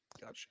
Gotcha